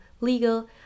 legal